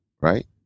right